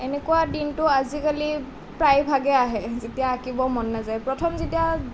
এনেকুৱা দিনটো আজিকালি প্ৰায়ভাগেই আহে যেতিয়া আঁকিব মন নাযায় প্ৰথম যেতিয়া